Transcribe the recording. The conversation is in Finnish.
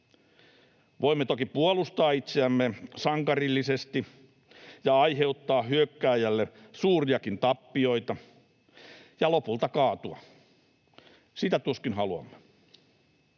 Voimme toki puolustaa itseämme sankarillisesti ja aiheuttaa hyökkääjälle suuriakin tappioita ja lopulta kaatua. Sitä tuskin haluamme.